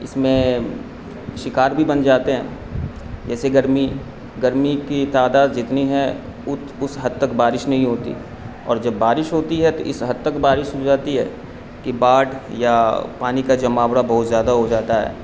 اس میں شکار بھی بن جاتے ہیں جیسے گرمی گرمی کی تعداد جتنی ہے اس حد تک بارش نہیں ہوتی اور جب بارش ہوتی ہے تو اس حد تک بارش ہو جاتی ہے کہ باڑھ یا پانی کا جماوڑا بہت زیادہ ہو جاتا ہے